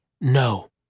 No